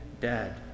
dead